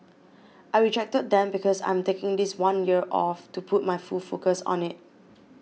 I rejected them because I'm taking this one year off to put my full focus on it